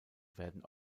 werden